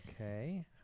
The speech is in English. Okay